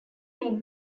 make